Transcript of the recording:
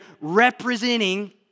representing